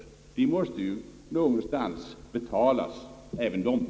Även de pengarna måste ju tagas ut någonstans.